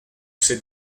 ces